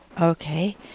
Okay